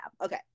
okay